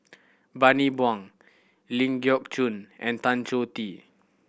Bani Buang Ling Geok Choon and Tan Choh Tee